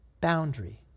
boundary